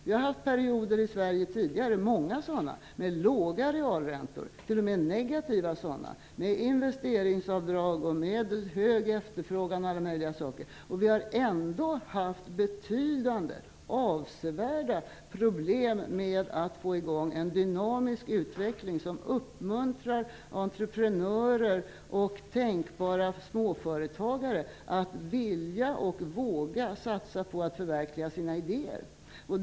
Vi har i Sverige tidigare haft perioder, många sådana, med låga realräntor, t.o.m. negativa sådana, med investeringsavdrag och med hög efterfrågan osv., och vi har ändå haft avsevärda problem med att få i gång en dynamisk utveckling, som uppmuntrar entreprenörer och tänkbara småföretagare att vilja och våga satsa på att förverkliga sina idéer.